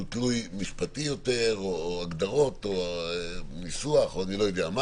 שהוא משפטי יותר או הגדרות או ניסוח או אני לא יודע מה